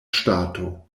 ŝtato